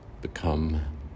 Become